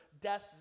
Death